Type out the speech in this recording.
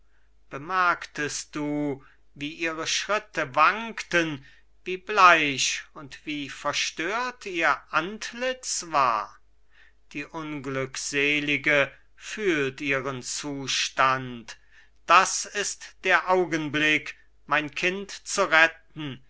bemerktest du wie ihre schritte wankten wie bleich und wie verstört ihr antlitz war die unglückselige fühlt ihren zustand das ist der augenblick mein kind zu retten